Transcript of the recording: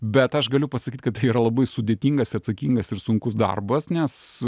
bet aš galiu pasakyt kad tai yra labai sudėtingas atsakingas ir sunkus darbas nes